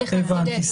הבנתי,